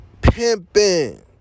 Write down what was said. Pimping